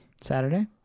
Saturday